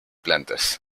plantas